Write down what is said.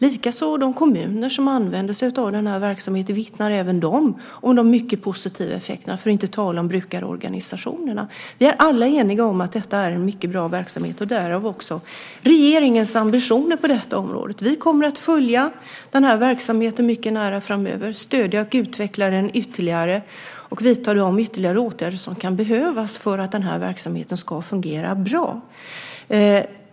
Likaså vittnar de kommuner som använder sig av den här verksamheten om de mycket positiva effekterna, för att inte tala om brukarorganisationerna. De är alla eniga om att detta är en mycket bra verksamhet, därav regeringens ambitioner på detta område. Vi kommer att följa den här verksamheten mycket nära framöver, stödja och utveckla den ytterligare och vidta de ytterligare åtgärder som kan behövas för att den ska fungera bra.